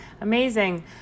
Amazing